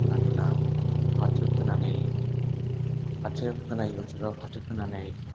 हमनानै ला फाथो फोनानै फाथो फोनाय बोथोराव फाथो फोनानै